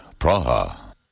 Praha